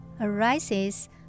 arises